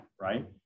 right